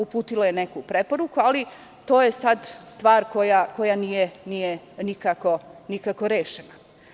Uputilo je neku preporuku, ali to je sada stvar koja nije nikako rešena.